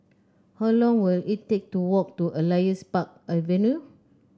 how long will it take to walk to Elias Park Avenue